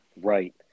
Right